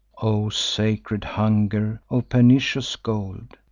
o sacred hunger of pernicious gold!